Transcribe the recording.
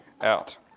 out